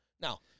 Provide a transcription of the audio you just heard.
Now